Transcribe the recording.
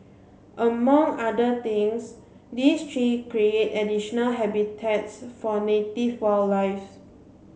among other things these tree create additional habitats for native wildlife's